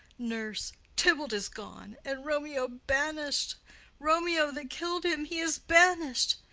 nurse. tybalt is gone, and romeo banished romeo that kill'd him, he is banished.